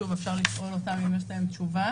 שוב, אפשר לשאול אותם אם יש להם תשובה.